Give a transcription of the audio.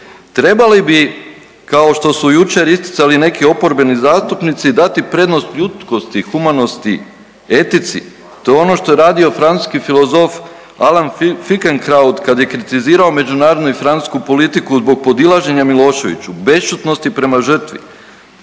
Trebali bi kao što su jučer isticali neki oporbeni zastupnici dati prednost ljudskosti i humanosti, etici to je ono što je radio francuski filozof Alain Finkielkraut kada je kritizirao međunarodni i francusku politiku zbog podilaženja Miloševiću, bešćutnosti prema žrtvi